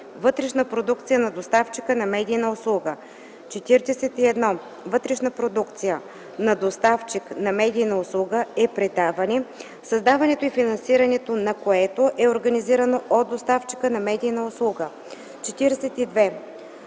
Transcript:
вътрешна продукция на доставчика на медийна услуга. 41. „Вътрешна продукция” на доставчик на медийна услуга е предаване, създаването и финансирането на което е организирано от доставчика на медийна услуга. 42.